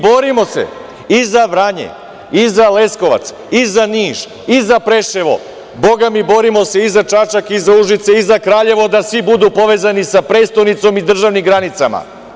Borimo se i za Vranje i za Leskovac i za Niš i za Preševo, bogami borimo se i za Čačak i za Užice, za Kraljevo, da svi budu povezani sa prestonicom i državnim granicama.